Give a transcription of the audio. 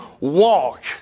walk